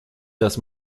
dass